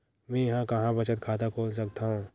मेंहा कहां बचत खाता खोल सकथव?